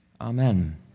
Amen